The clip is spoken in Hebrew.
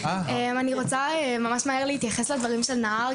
רוצה להתייחס לדברים של נהר,